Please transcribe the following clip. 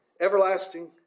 Everlasting